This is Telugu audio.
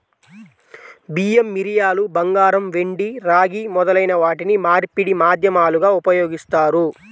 బియ్యం, మిరియాలు, బంగారం, వెండి, రాగి మొదలైన వాటిని మార్పిడి మాధ్యమాలుగా ఉపయోగిస్తారు